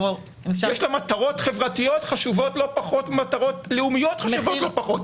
יש לה מטרות חברתיות חשובות לא פחות ממטרות לאומיות חשובות לא פחות.